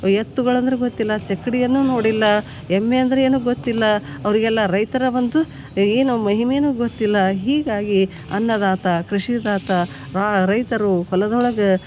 ಎತ್ತುಗಳು ಅಂದ್ರೆ ಗೊತ್ತಿಲ್ಲ ಚಕ್ಡಿಯನ್ನು ನೋಡಿಲ್ಲ ಎಮ್ಮೆ ಅಂದರೆ ಏನು ಗೊತ್ತಿಲ್ಲ ಅವರಿಗೆಲ್ಲ ರೈತರ ಒಂದು ಏನು ಮಹಿಮೆಯೂ ಗೊತ್ತಿಲ್ಲ ಹೀಗಾಗಿ ಅನ್ನದಾತ ಕೃಷಿದಾತ ರೈತರು ಹೊಲದೊಳಗೆ